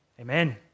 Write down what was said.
amen